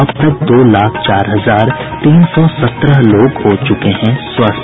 अब तक दो लाख चार हजार तीन सौ सत्रह लोग हो चुके हैं स्वस्थ